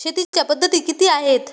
शेतीच्या पद्धती किती आहेत?